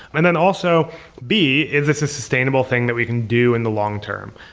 and then also b, is this a sustainable thing that we can do in the long term?